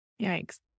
Yikes